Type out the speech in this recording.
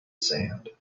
sand